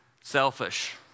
selfish